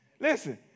Listen